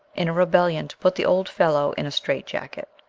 in a rebellion to put the old fellow in a strait-jacket,